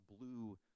blue